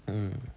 mm